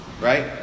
right